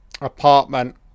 apartment